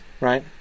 right